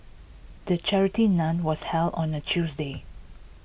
the charity nun was held on A Tuesday